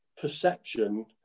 perception